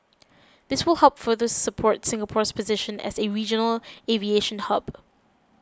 this will help further support Singapore's position as a regional aviation hub